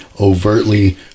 overtly